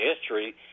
history